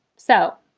so.